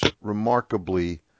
remarkably